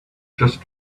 just